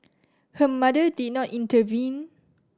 her mother did not intervene